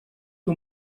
que